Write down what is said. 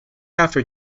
after